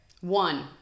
One